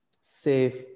safe